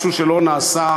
משהו שלא נעשה.